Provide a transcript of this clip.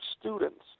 students